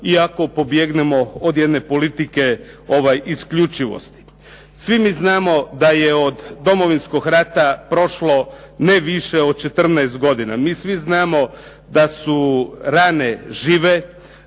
i ako pobjegnemo od jedne politike isključivosti. Svi mi znamo da je od Domovinskog rata prošlo ne više od 14 godina. Mi svi znamo da su rane žive,